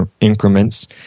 increments